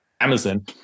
Amazon –